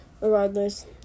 regardless